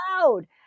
loud